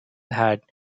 had